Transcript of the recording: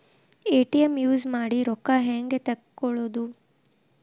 ATM use ಮಾಡಿ ರೊಕ್ಕ ಹೆಂಗೆ ತಕ್ಕೊಳೋದು?